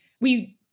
we-